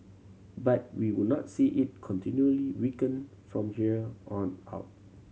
but we will not see it continually weakening from here on out